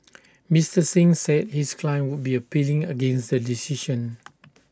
Mister Singh said his client would be appealing against the decision